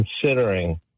considering